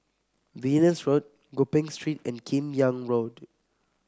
Venus Road Gopeng Street and Kim Yam Road